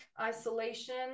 isolation